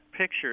picture